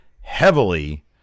heavily